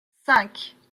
cinq